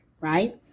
right